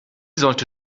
sollte